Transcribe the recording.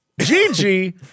Gigi